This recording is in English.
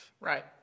Right